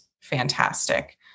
fantastic